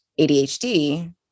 ADHD